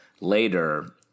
later